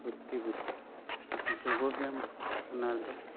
ᱯᱷᱩᱨᱛᱤ ᱵᱩᱡᱷᱟᱹᱜᱼᱟ ᱛᱚᱵᱮ ᱡᱚᱜᱽ ᱵᱮᱭᱟᱢ ᱚᱱᱟ ᱨᱮᱫᱚ